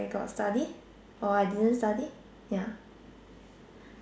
got study or I didn't study ya